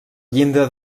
llinda